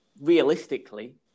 Realistically